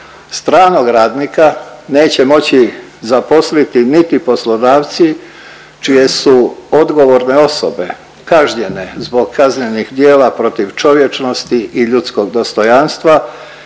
Stranog radnika neće moći zaposliti niti poslodavci čije su odgovorne osobe kažnjene zbog kaznenih djela protiv čovječnosti i ljudskog dostojanstva